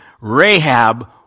Rahab